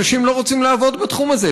אנשים לא רוצים לעבוד בתחום הזה.